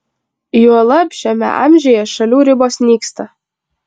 juolab šiame amžiuje šalių ribos nyksta